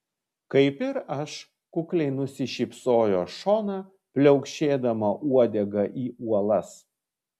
kaip ir aš kukliai nusišypsojo šona pliaukšėdama uodega į uolas